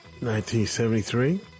1973